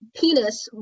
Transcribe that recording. penis